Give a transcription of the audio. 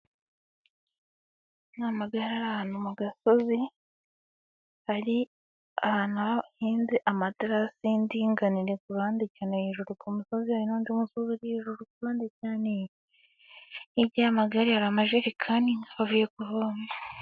Ni amagare ari ahantu mu gasozi, ari ahantu hahinze amatarasi y'indinganire, ku ruhande cyane hejuru ku musozi hari n'undi musozi uri hejuru ku ruhande cyane, hirya y'amagare hari amajerekani avuye kuvoma.